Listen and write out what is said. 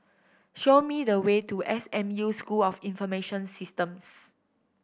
show me the way to S M U School of Information Systems